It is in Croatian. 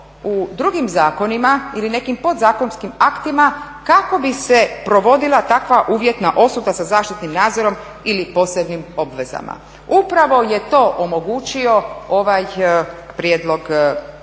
u drugim zakonima ili nekim podzakonskim aktima kako bi se provodila takva uvjetna osuda sa zaštitnim nadzorom ili posebnim obvezama. Upravo je to omogućio ovaj prijedlog zakona